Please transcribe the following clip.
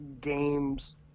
games